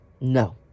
no